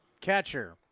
Catcher